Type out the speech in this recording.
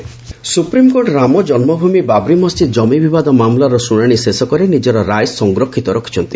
SC Ayodhya supreme court Ram ଜନ୍ମଭୂମି ବାବ୍ରି ମସ୍ଜିଦ୍ ଜମି ବିବାଦ ମାମଲାର ଶୁଣାଣି ଶେଷ କରି ନିଜର ରାୟ ସଂରକ୍ଷିତ ରଖିଛନ୍ତି